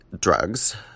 drugs